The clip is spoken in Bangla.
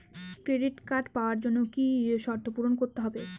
ক্রেডিট কার্ড পাওয়ার জন্য কি কি শর্ত পূরণ করতে হবে?